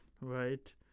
right